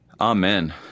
Amen